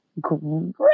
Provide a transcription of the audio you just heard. great